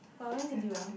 oh when's it due ah